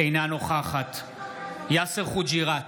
אינה נוכחת יאסר חוג'יראת,